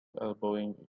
elbowing